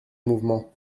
mouvement